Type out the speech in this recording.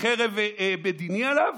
וחרב בית דין עליו?